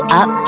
up